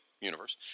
universe